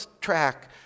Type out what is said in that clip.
track